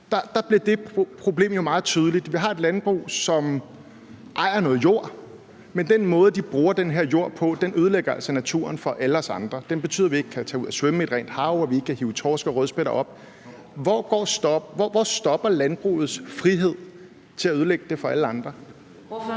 bliver det problem jo meget tydeligt. Vi har et landbrug, som ejer noget jord, men den måde, de bruger den her jord på, ødelægger altså naturen for alle os andre. Den betyder, at vi ikke kan tage ud at svømme i et rent hav, og at vi ikke kan hive torsk og rødspætter op. Hvor stopper landbrugets frihed til at ødelægge det for alle andre?